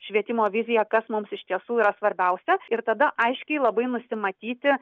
švietimo viziją kas mums iš tiesų yra svarbiausia ir tada aiškiai labai nusimatyti